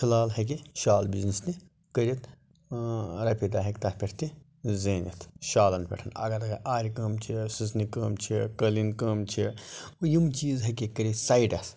فی الحال ہیٚکہِ شال بِزنِس تہِ کٔرِتھ رۄپیہِ داہہ ہیٚکہِ تتھ پیٚتھ تہِ زیٖنِتھ شالَن پیٚٹھ اَگَر آرِ کٲم چھِ سٕژنہِ کٲم چھِ کٲلیٖن کٲم چھِ یِم چیٖز ہیٚکہِ یہِ کٔرِتھ سایڈَس